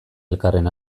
elkarren